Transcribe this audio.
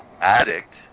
addict